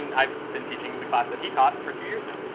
and i've been teaching the class that he taught for two years now.